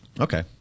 Okay